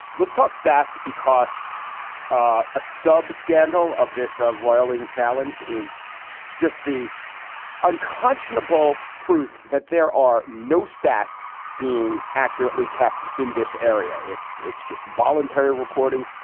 let's talk stats, because it's ah a sub scandal of this ah roiling challenge is just the unconscionable truth that there are no stats being accurately kept in this area. it's it's just voluntary reporting.